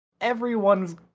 everyone's